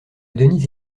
denise